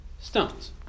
Stones